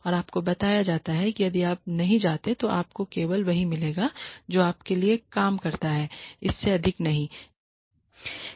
और आपको बताया जाता है कि यदि आप नहीं जानते हैं तो आपको केवल वही मिलेगा जो आप के लिए काम करता है और इससे अधिक नहीं